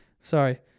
Sorry